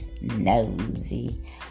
nosy